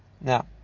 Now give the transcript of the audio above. Now